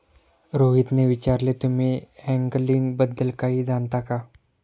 रोहितने विचारले, तुम्ही अँगलिंग बद्दल काही जाणता का?